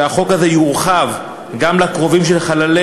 שהחוק הזה יורחב גם לקרובים של חללי,